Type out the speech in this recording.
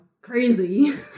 crazy